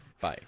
bye